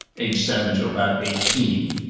age seven to about eighteen,